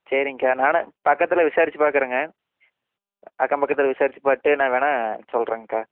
சரிங்க்கா நானும் பக்கத்தில் விசாரிச்சு பார்க்குறேங்க அக்கம் பக்கத்தில் விசாரிச்சு பார்த்துட்டு நான் வேணா சொல்றேங்க அக்கா